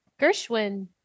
Gershwin